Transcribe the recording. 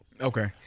Okay